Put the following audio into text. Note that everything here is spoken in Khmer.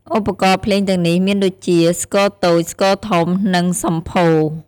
ឧបករណ៍ភ្លេងទាំងនេះមានដូចជា ស្គរតូច ស្គរធំ និងសំភោរ។